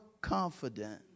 confident